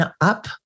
up